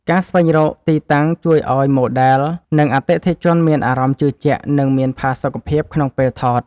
ការស្វែងរកទីតាំងជួយឱ្យម៉ូដែល និងអតិថិជនមានអារម្មណ៍ជឿជាក់ និងមានផាសុកភាពក្នុងពេលថត។